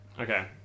Okay